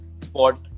spot